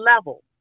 level